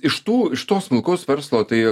o iš tų iš to smulkaus verslo tai